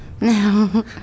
No